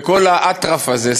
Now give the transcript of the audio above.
וכל האטרף הזה,